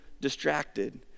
distracted